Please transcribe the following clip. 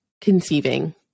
conceiving